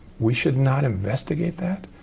we should not investigate that?